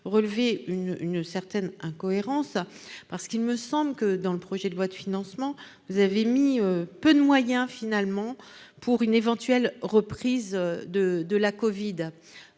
relevé une une certaine incohérence parce qu'il me semble que dans le projet de loi de financement, vous avez mis peu de moyens finalement pour une éventuelle reprise de de la Covid,